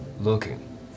looking